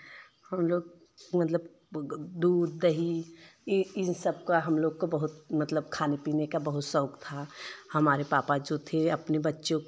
हम लोग मतलब दूध दही यह इन सब का हम लोग को बहुत खाने पीने का बहुत शौक था हमारे पापा जो थे अपने बच्चों